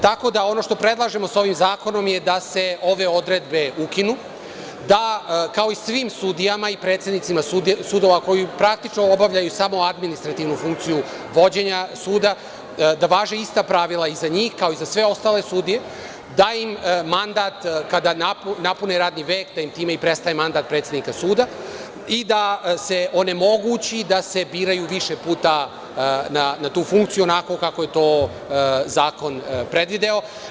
Tako da, ono što predlažemo sa ovim zakonom je da se ove odredbe ukinu, da kao i svim sudijama i predsednicima sudova koji praktično obavljaju samo administrativnu funkciju vođenja suda, da važe ista pravila i za njih, kao i za sve ostale sudije, da im mandat kada napune radni vek time i prestaje mandat predsednika suda i da se onemogući da se biraju više puta na tu funkciju, onako kako je to zakon predvideo.